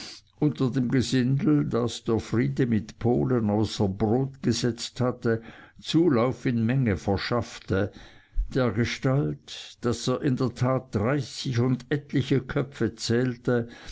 unter dem gesindel das der friede mit polen außer brot gesetzt hatte zulauf in menge verschaffte dergestalt daß er in der tat dreißig und etliche köpfe zählte